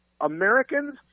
Americans